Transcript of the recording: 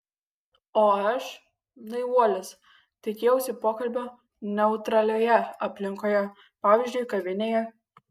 o aš naivuolis tikėjausi pokalbio neutralioje aplinkoje pavyzdžiui kavinėje